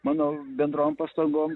manau bendrom pastangom